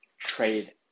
trade